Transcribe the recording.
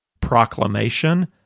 proclamation